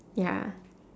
ya